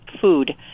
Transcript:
food